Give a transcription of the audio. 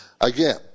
Again